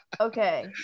Okay